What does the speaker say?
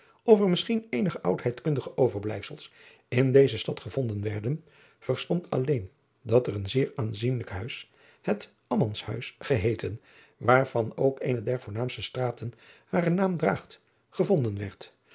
of er misschien eenige oudheidkundige overblijfsels in deze stad gevonden werden verstond alleen dat er een zeer aanzienlijk huis het mmanshuis geheeten waarvan ook eene der voornaamste straten haren naam draagt gevonden werd